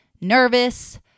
nervous